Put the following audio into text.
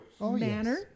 manner